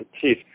teeth